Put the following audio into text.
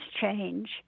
change